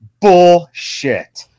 bullshit